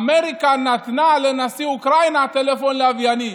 אמריקה נתנה לנשיא אוקראינה טלפון לווייני,